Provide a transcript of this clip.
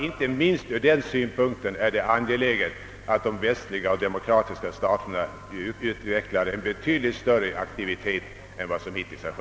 Inte minst med tanke härpå är det mycket viktigt att de västliga och demokratiska staterna utvecklar en betydligt större aktivitet än hittills.